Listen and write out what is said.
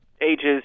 ages